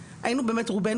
תלמידים.